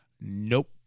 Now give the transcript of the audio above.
nope